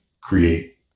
create